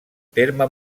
terme